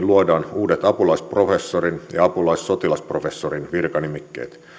luodaan uudet apulaisprofessorin ja apulaissotilasprofessorin virkanimikkeet